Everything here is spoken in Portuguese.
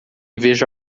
vejo